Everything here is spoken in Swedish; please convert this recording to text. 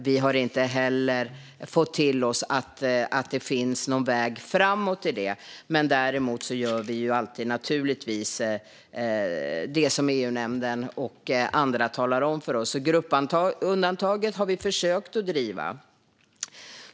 Vi har inte heller fått till oss att det finns någon väg framåt i detta. Däremot gör vi naturligtvis alltid det som EU-nämnden och andra talar om för oss. Gruppundantaget har vi försökt att driva.